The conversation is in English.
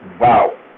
Wow